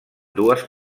dues